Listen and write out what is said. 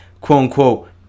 quote-unquote